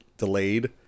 delayed